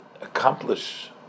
Accomplish